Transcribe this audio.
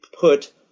put